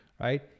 right